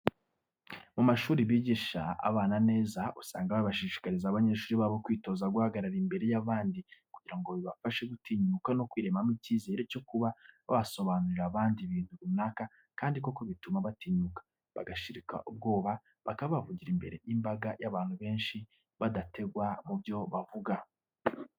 Mu mashuri bigisha abana neza usanga bashishikariza abanyeshuri babo kwitoza guhagarara imbere y'abandi kugira ngo bibafashe gutinyuka no kwiremamo icyizere cyo kuba basobanurira abandi ibintu runaka kandi koko bituma batinyuka, bagashiruka ubwoba, bakaba bavugira imbere y'imbaga y'abantu benshi badategwa mu byo bavuga.